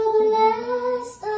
blessed